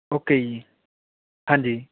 okay ਜੀ ਹਾਂਜੀ